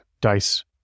dice